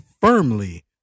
firmly